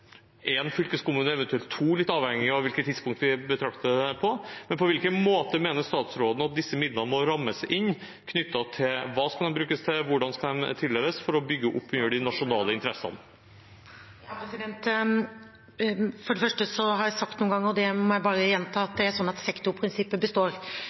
én fylkeskommune, eventuelt to, litt avhengig av hvilket tidspunkt vi betrakter det på. På hvilken måte mener statsråden at disse midlene må rammes inn – hva skal de brukes til, hvordan skal de tildeles for å bygge opp under de nasjonale interessene? For det første har jeg sagt noen ganger – og det må jeg bare gjenta – at det er sånn at sektorprinsippet består.